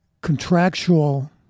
contractual